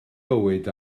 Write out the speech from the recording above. bywyd